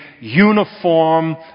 uniform